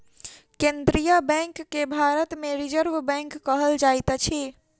केन्द्रीय बैंक के भारत मे रिजर्व बैंक कहल जाइत अछि